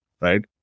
right